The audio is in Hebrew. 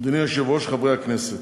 אדוני היושב-ראש, חברי הכנסת,